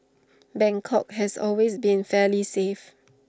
Bangkok has always been fairly safe